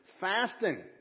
fasting